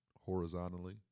horizontally